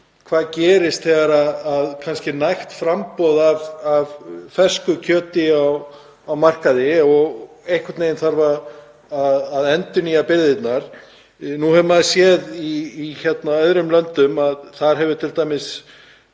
hvað gerist þegar kannski er nægt framboð af fersku kjöti á markaði og einhvern veginn þarf að endurnýja birgðirnar? Nú hefur maður séð í öðrum löndum að þar hafa slík